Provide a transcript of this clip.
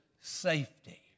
safety